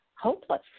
Hopeless